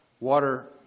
Water